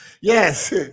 Yes